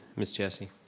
miss jessie.